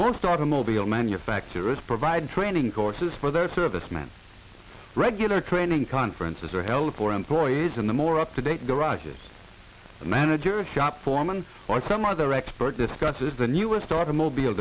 most automobile manufacturers provide training courses for their service men regular training conferences are held for employees in the more up to date garages manager shop foreman or some other expert discusses the newest automobile